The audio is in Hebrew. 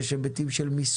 יש לו היבטים של מיסוי,